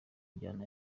njyana